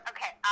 Okay